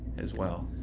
as well.